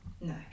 No